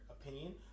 opinion